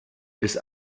ist